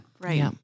right